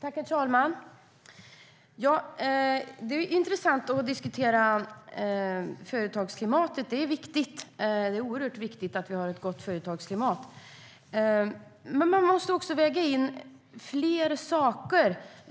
Herr talman! Det är intressant att diskutera företagsklimatet. Det är oerhört viktigt att vi har ett gott företagsklimat. Men man måste också väga in fler saker.